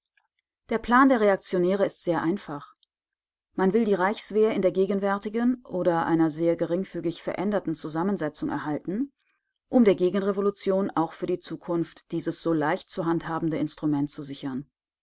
der plan der reaktionäre ist sehr einfach man will die reichswehr in der gegenwärtigen oder einer sehr geringfügig veränderten zusammensetzung erhalten um der gegenrevolution auch für die zukunft dieses so leicht zu handhabende instrument zu sichern